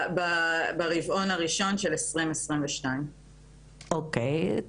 ברבעון הראשון של 2022. אוקיי,